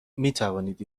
میتوانید